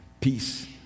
peace